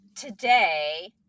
today